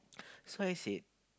so I said